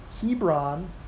Hebron